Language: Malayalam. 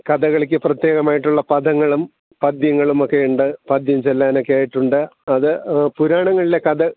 കഥകളിക്ക് പ്രത്യേകമായിട്ടുള്ള പദങ്ങളും പദ്യങ്ങളുമൊക്കെ ഉണ്ട് പദ്യം ചൊല്ലാനൊക്കെയായിട്ടുണ്ട് അത് പുരാണങ്ങളിലെ കഥ